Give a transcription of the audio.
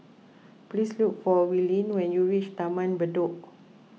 please look for Willene when you reach Taman Bedok